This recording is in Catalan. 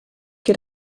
que